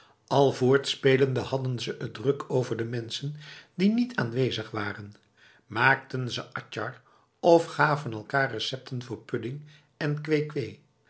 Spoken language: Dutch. al voortspelende hadden ze het druk over de mensen die niet aanwezig waren maakten ze atjar of gaven elkaar recepten voor pudding en kwee-kwee